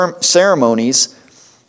ceremonies